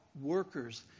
workers